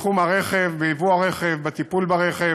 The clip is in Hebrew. בתחום הרכב, בייבוא הרכב, בטיפול ברכב,